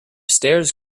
stairs